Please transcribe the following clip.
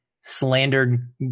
slandered